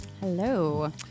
Hello